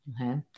Okay